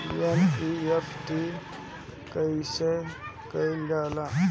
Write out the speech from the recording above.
NEFT कइसे कइल जाला?